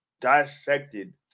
dissected